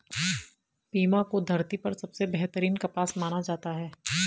Pima को धरती पर सबसे बेहतरीन कपास माना जाता है